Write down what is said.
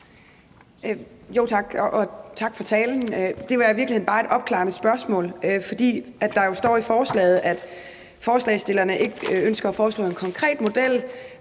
Tak, og tak for talen. Jeg har i virkeligheden bare et opklarende spørgsmål, for der står jo i forslaget, at forslagsstillerne ikke ønsker at foreslå en konkret model,